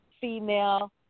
female